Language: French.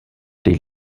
des